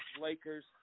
Lakers